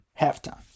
halftime